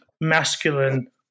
masculine